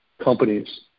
companies